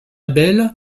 abel